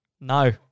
no